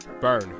Burn